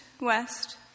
west